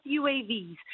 UAVs